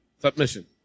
submission